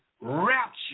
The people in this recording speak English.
rapture